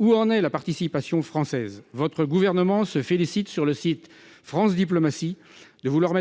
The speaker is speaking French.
Où en est la participation française ? Votre gouvernement se félicite, sur le site France Diplomatie, de vouloir